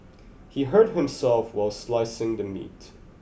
he hurt himself while slicing the meat